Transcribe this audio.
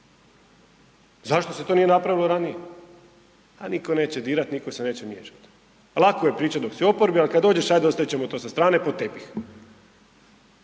Zašto se to nije napravilo ranije? A niko neće dirat, niko se neće miješat. A lako je pričat dok si u oporbi, al kad dođeš ajde ostavit ćemo to sa strane pod tepih.